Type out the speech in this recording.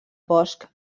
bosc